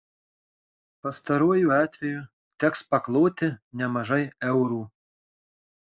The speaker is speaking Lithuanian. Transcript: pastaruoju atveju teks pakloti nemažai eurų